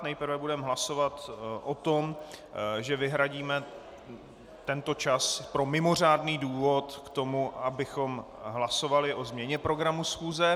Nejprve budeme hlasovat o tom, že vyhradíme tento čas pro mimořádný důvod k tomu, abychom hlasovali o změně programu schůze.